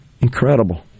Incredible